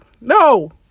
No